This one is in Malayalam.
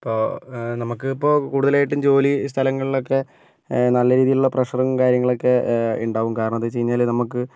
അപ്പോൾ നമുക്കിപ്പോൾ കൂടുതലായിട്ടും ജോലി സ്ഥലങ്ങളിലൊക്കെ നല്ല രീതിയിലുള്ള പ്രെഷറും കാര്യങ്ങളൊക്കെ ഉണ്ടാകും കാരണം എന്ത് വെച്ച് കഴിഞ്ഞാൽ നമുക്ക്